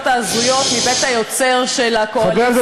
ההזויות מבית היוצר של הקואליציה